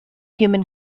human